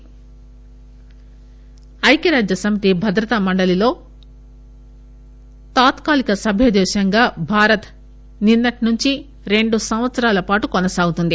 India UN S C ఐక్యరాజ్య సమితి భద్రతా మండలిలో తాత్కాలిక సభ్య దేశంగా భారత్ నిన్నటి నుంచి రెండు సంవత్సరాలపాటు కొనసాగుతుంది